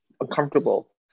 uncomfortable